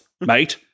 mate